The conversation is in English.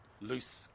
loose